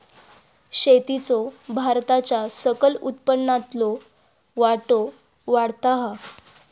शेतीचो भारताच्या सकल उत्पन्नातलो वाटो वाढता हा